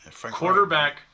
quarterback